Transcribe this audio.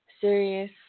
serious